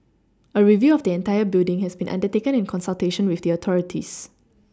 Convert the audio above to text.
a review of the entire building has been undertaken in consultation with the authorities